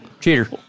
cheater